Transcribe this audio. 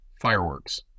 Fireworks